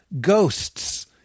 ghosts